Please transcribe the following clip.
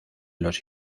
los